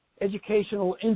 educational